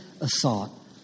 assault